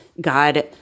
God